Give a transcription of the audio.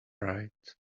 right